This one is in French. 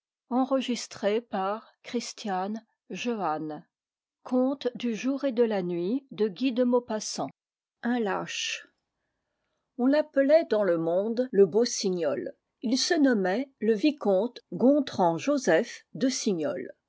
on l'appelait dans le monde le beau signoles ii se nommait le vicomte contran joseph de